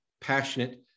passionate